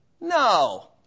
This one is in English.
No